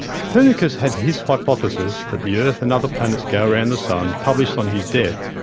copernicus had his hypothesis that the earth and other planets go around the sun published on his death,